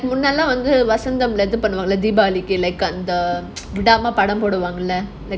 like நல்லா வந்து:nallaa vanthu vasantham leh இது பண்ணுவாங்க:idhu pannuvanga like um the